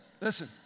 listen